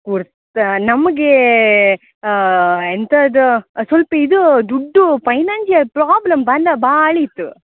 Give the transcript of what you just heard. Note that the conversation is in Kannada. ಕುರ್ತಾ ನಮಗೆ ಎಂಥ ಅದು ಸ್ವಲ್ಪ್ ಇದು ದುಡ್ಡು ಫೈನಾನ್ಸಿಯಲ್ ಪ್ರಾಬ್ಲಮ್ ಬಂದು ಭಾಳ್ ಇತ್ತು